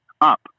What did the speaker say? up